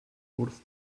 wrth